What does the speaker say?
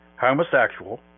homosexual